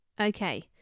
okay